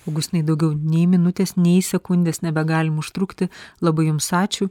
augustinai daugiau nei minutės nei sekundės nebegalim užtrukti labai jums ačiū